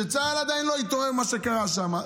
כשצה"ל עדיין לא התעורר ממה שקרה שם,